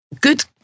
good